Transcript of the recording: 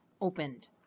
opened